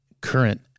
current